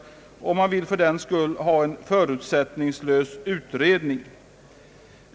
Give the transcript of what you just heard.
Av den anledningen vill man ha en förutsättningslös utredning.